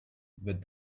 with